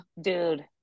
Dude